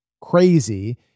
crazy